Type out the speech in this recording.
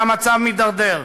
והמצב מתדרדר.